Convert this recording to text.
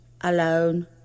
alone